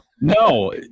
No